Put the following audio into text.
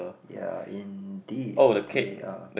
ya indeed they are